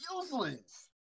useless